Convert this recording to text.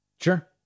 Sure